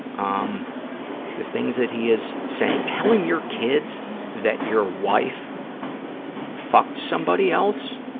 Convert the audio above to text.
um the things that he is saying, telling your kids that your wife fucked somebody else,